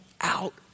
out